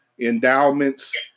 endowments